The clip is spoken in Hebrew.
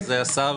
אז השר